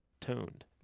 tuned